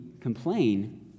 complain